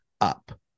up